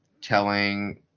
telling